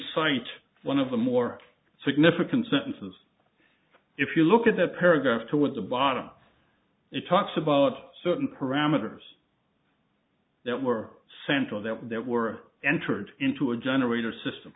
cite one of the more significant sentences if you look at the paragraph towards the bottom it talks about certain parameters that were central that were that were entered into a generator system